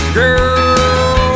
girl